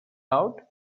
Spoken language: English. out